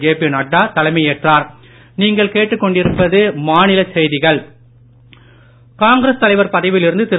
JP Nadda தலைமையேற்றார் காங்கிரஸ் தலைவர் பதவியில் இருந்து திரு